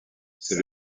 c’est